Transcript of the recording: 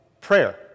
prayer